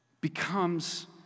becomes